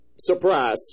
Surprise